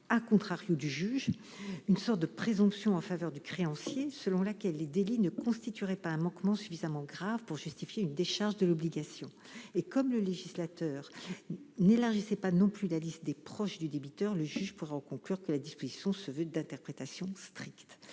interprétation du juge, une sorte de présomption en faveur du créancier, selon laquelle les délits ne constitueraient pas un manquement suffisamment grave pour justifier une décharge de l'obligation. Et comme le législateur n'élargit pas non plus la liste des « proches » du débiteur, le juge pourrait en conclure que la disposition se veut d'interprétation stricte.